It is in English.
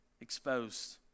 exposed